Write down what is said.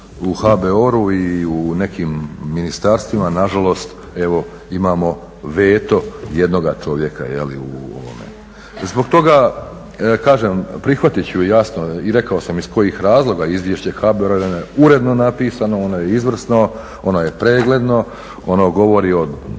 u HBOR-u i u nekim ministarstvima. Na žalost evo imamo veto jednoga čovjeka u ovome. Zbog toga kažem prihvatit ću jasno i rekao sam iz kojih razloga izvješće HBOR-a jer je uredno napisano, ono je izvrsno, ono je pregledno, ono govori o